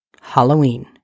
Halloween